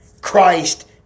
Christ